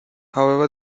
however